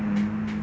mm